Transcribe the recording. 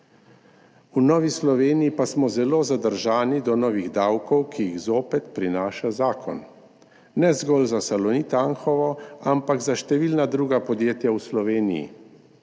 V Novi Sloveniji pa smo zelo zadržani do novih davkov, ki jih zopet prinaša zakon, ne zgolj za Salonit Anhovo, ampak tudi za številna druga podjetja v Sloveniji.